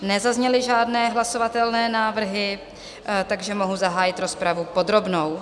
Nezazněly žádné hlasovatelné návrhy, takže mohu zahájit rozpravu podrobnou.